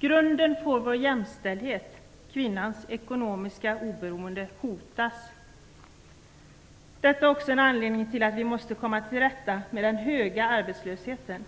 Grunden för vår jämställdhet, kvinnans ekonomiska oberoende, hotas. Detta är också en anledning till att vi måste komma till rätta med den höga arbetslösheten.